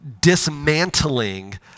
dismantling